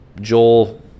Joel